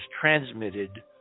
transmitted